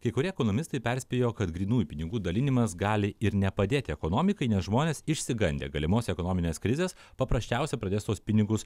kai kurie ekonomistai perspėjo kad grynųjų pinigų dalinimas gali ir nepadėti ekonomikai nes žmonės išsigandę galimos ekonominės krizės paprasčiausiai pradės tuos pinigus